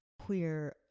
queer